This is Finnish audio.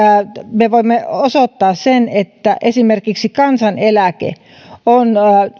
me voimme osoittaa sen että esimerkiksi kansaneläke on